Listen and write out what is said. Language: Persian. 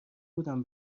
بودم